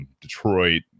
Detroit